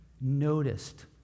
noticed